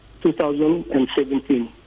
2017